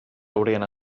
haurien